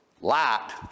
Light